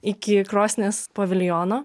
iki krosnies paviljono